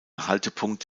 haltepunkt